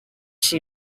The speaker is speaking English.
she